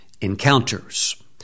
encounters